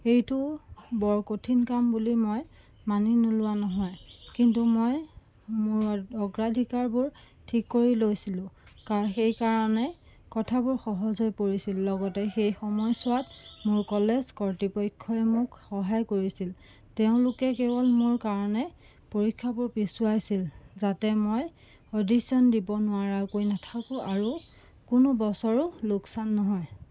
এইটো বৰ কঠিন কাম বুলি মই মানি নোলোৱা নহয় কিন্তু মই মোৰ অগ্ৰাধিকাৰবোৰ ঠিক কৰি লৈছিলোঁ সেইকাৰণে কথাবোৰ সহজ হৈ পৰিছিল লগতে সেই সময়ছোৱাত মোৰ কলেজ কৰ্তৃপক্ষই মোক সহায় কৰিছিল তেওঁলোকে কেৱল মোৰ কাৰণে পৰীক্ষাবোৰ পিছুৱাইছিল যাতে মই অডিশ্যন দিব নোৱৰাকৈ নাথাকোঁ আৰু কোনো বছৰো লোকচান নহয়